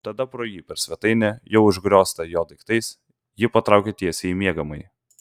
tada pro jį per svetainę jau užgrioztą jo daiktais ji patraukė tiesiai į miegamąjį